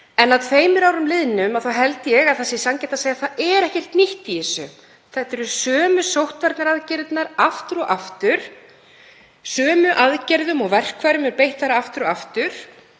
en að tveimur árum liðnum þá held ég að það sé sanngjarnt að segja að það sé ekkert nýtt í þessu. Þetta eru sömu sóttvarnaaðgerðirnar aftur og aftur. Sömu aðgerðum og verkfærum er beitt aftur og aftur.